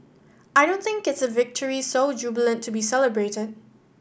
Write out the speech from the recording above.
I don't think it's a victory so jubilant to be celebrated